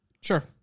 sure